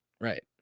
Right